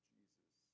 Jesus